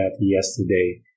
yesterday